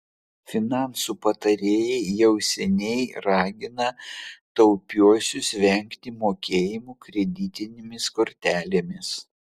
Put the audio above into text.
finansų patarėjai jau seniai ragina taupiuosius vengti mokėjimų kreditinėmis kortelėmis